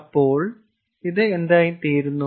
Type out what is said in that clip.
അപ്പോൾ ഇത് എന്തായിത്തീരുന്നു